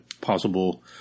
possible